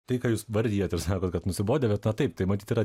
tai ką jūs vardijat ir sakot kad nusibodę bet na taip tai matyt yra